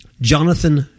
Jonathan